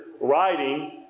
writing